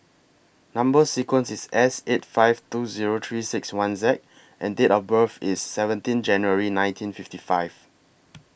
Number sequence IS S eight five two Zero three six one Z and Date of birth IS seventeen January nineteen fifty five